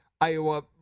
Iowa